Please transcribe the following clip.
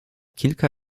kilka